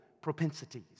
propensities